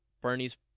Bernie's